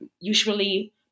usually